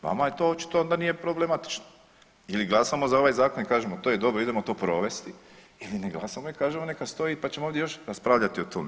Vama je to očito da nije problematično ili glasamo za ovaj zakon i kažemo to je dobro, idemo to provesti ili ne glasamo i kažemo neka stoji, pa ćemo ovdje još raspravljati o tome.